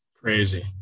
Crazy